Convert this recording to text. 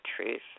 truth